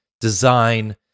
design